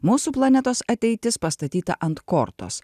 mūsų planetos ateitis pastatyta ant kortos